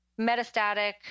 metastatic